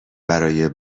برای